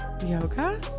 Yoga